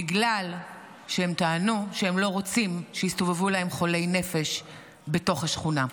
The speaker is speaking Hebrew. בגלל שהם טענו שהם לא רוצים שיסתובבו להם חולי נפש בתוך השכונה.